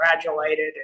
congratulated